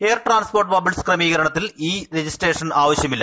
air transport bubbles ക്രമീകരണത്തിൽ ഈ registration ആവശ്യമില്ല